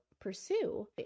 pursue